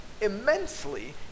immensely